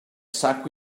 stuck